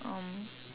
um